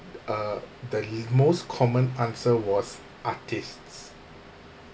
uh the most common answer was artists